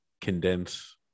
condense